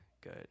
good